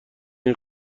این